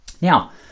Now